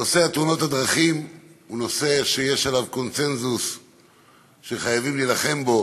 נושא תאונות הדרכים הוא נושא שיש קונסנזוס שחייבים להילחם בו